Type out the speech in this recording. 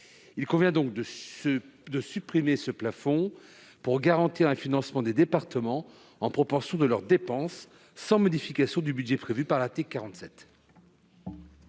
Il convient donc de supprimer ce plafond pour garantir un financement des départements proportionnel à leurs dépenses, sans modification du budget prévu par l'article 47.